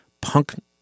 punk